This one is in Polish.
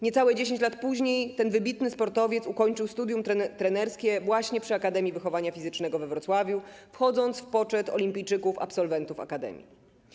Niecałe 10 lat później ten wybitny sportowiec ukończył studium trenerskie właśnie przy Akademii Wychowania Fizycznego we Wrocławiu, wchodząc w poczet olimpijczyków absolwentów akademii.